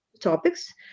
topics